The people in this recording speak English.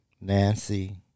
Nancy